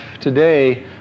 today